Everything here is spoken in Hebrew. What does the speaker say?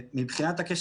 ניתנת.